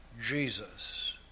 Jesus